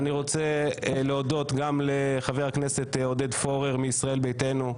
אני רוצה להודות גם לחבר הכנסת עודד פורר מישראל ביתנו,